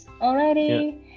already